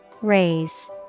Raise